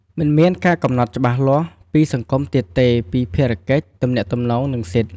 មិនមានការកំណត់ច្បាស់លាស់ ពីសង្គមទៀតទេពី ភារកិច្ច ទំនាក់ទំនង និង សិទ្ធិ។